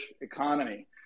economy